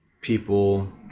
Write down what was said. people